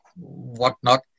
whatnot